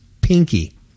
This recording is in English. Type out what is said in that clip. pinky